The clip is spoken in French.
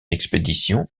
expédition